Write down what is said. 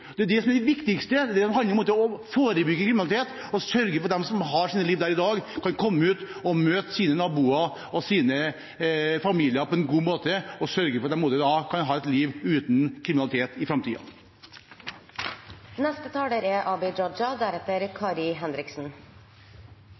Det er det som er det viktigste, det handler om å forebygge kriminalitet og sørge for at de som har sitt liv der i dag, kan komme ut og møte sine naboer og sine familier på en god måte, og sørge for at de kan ha et liv uten kriminalitet i framtiden. Jeg tegnet meg egentlig ikke for å svare sistnevnte taler.